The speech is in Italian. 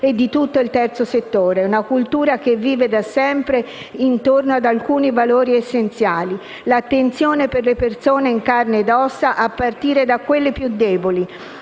e di tutto il terzo settore; una cultura che vive da sempre intorno ad alcuni valori essenziali: l'attenzione per le persone in carne ed ossa a partire da quelle più deboli,